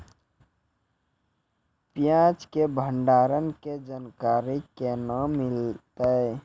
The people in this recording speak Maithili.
प्याज के भंडारण के जानकारी केना मिलतै?